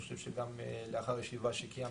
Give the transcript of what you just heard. שאני חושב שגם לאחר ישיבה שקיימת,